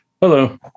Hello